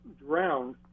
drowned